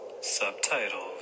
Subtitles